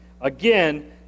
Again